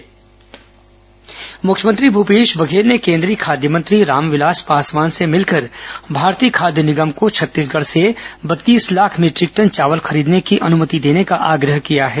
मुख्यमंत्री केन्द्रीय खाद्य मंत्री मुलाकात मुख्यमंत्री भूपेश बघेल ने केंद्रीय खाद्य मंत्री रामविलास पासवान से मिलकर भारतीय खाद्य निगम को छत्तीसगढ़ से बत्तीस लाख मीट्रिक टन चावल खरीदने की अनुमति देने का आग्रह किया है